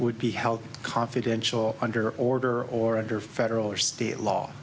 would be held confidential under order or under federal or state law